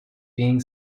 being